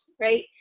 right